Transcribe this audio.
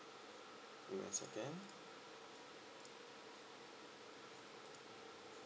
give me a second